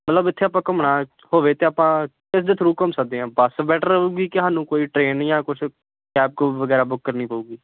ਮਤਲਬ ਇੱਥੇ ਆਪਾਂ ਘੁੰਮਣਾ ਹੋਵੇ ਤਾਂ ਆਪਾਂ ਕਿਸ ਦੇ ਥਰੂ ਘੁੰਮ ਸਕਦੇ ਹਾਂ ਬੱਸ ਬੈਟਰ ਰਹੇਗੀ ਕਿ ਸਾਨੂੰ ਕੋਈ ਟ੍ਰੇਨ ਜਾਂ ਕੁਛ ਕੈਬ ਕੂਬ ਵਗੈਰਾ ਬੁੱਕ ਕਰਨੀ ਪਵੇਗੀ